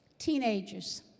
teenagers